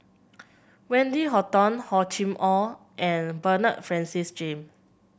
Wendy Hutton Hor Chim Or and Bernard Francis Jame